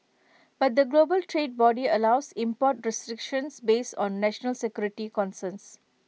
but the global trade body allows import restrictions based on national security concerns